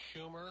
Schumer